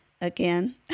again